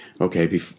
Okay